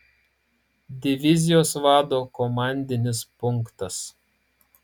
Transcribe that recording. divizijos vado komandinis punktas